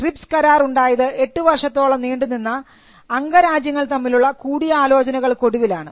trips കരാർ ഉണ്ടായത് എട്ടു വർഷത്തോളം നീണ്ടുനിന്ന അംഗരാജ്യങ്ങൾ തമ്മിലുള്ള കൂടിയാലോചനകൾക്കൊടുവിലാണ്